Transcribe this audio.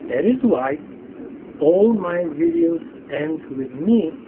that is why all my videos end with me